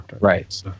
right